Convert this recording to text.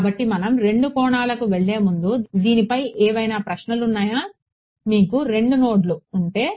కాబట్టి మనం రెండు కోణాలకు వెళ్లే ముందు దీనిపై ఏవైనా ప్రశ్నలు ఉన్నాయా మీకు రెండు నోడ్లు ఉంటే